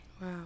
Wow